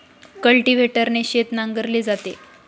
कल्टिव्हेटरने शेत नांगरले जाते